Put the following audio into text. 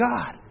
God